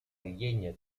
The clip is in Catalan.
llenya